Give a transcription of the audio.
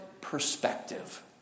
perspective